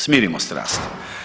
Smirimo strasti.